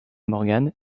morgan